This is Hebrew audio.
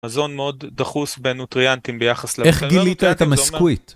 מזון מאוד דחוס בנוטריאנטים ביחס ל... איך גילית את המסקוויט